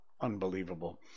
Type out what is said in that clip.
unbelievable